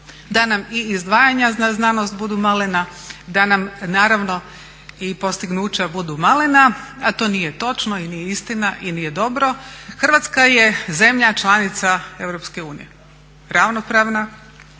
da nam i izdvajanja za znanost budu malena, da nam naravno i postignuća budu malena a to nije točno i nije istina i nije dobro. Hrvatska je zemlja članica EU, ravnopravna.